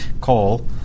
coal